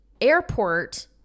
Airport